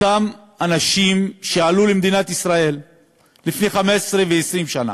אותם אנשים שעלו למדינת ישראל לפני 15 ו-20 שנה,